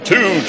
Two